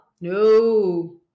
No